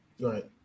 Right